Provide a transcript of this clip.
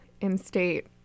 in-state